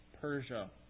Persia